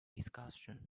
discussion